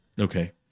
Okay